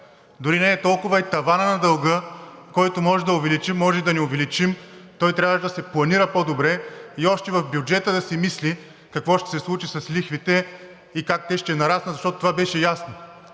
дори не е и толкова таванът на дълга, който може да увеличим, може и да не увеличим. Той трябваше да се планира по-добре и още в бюджета да се мисли какво ще се случи с лихвите и как те ще нараснат, защото това беше ясно.